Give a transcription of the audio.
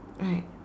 right